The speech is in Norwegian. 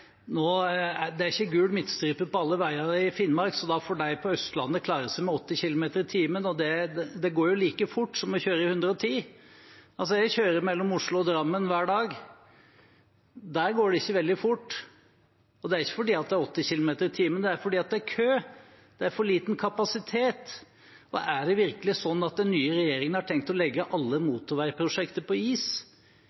det ikke gul midtstripe på alle veier i Finnmark, så da får de på Østlandet klare seg med 80 km/t, det går jo like fort som å kjøre i 110. Jeg kjører mellom Oslo og Drammen hver dag. Der går det ikke veldig fort. Det er ikke fordi det er 80 km/t, det er fordi det er kø, det er for liten kapasitet. Er det virkelig sånn at den nye regjeringen har tenkt å legge alle